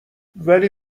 ولی